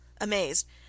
amazed